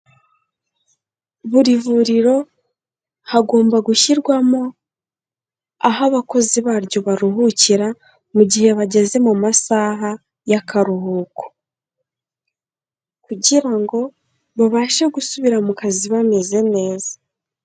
Buri vuriro hagomba gushyirwamo aho abakozi baryo baruhukira mu gihe bageze mu masaha y'akaruhuko, kugira ngo babashe gusubira mu kazi bameze neza.